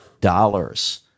dollars